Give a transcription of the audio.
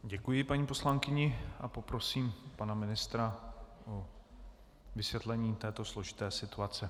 Děkuji paní poslankyni a poprosím pana ministra o vysvětlení této složité situace.